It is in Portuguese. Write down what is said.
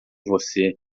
você